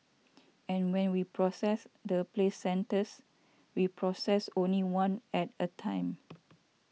and when we process the placentas we process only one at a time